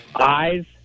eyes